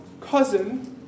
cousin